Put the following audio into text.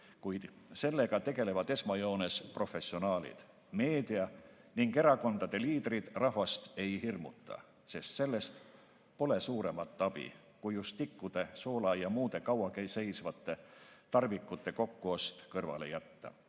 kuid sellega tegelevad esmajoones professionaalid. Meedia ning erakondade liidrid rahvast ei hirmuta, sest sellest pole suuremat abi, kui just tikkude, soola ja muude kauaseisvate tarvikute kokkuost kõrvale jätta.